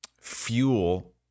fuel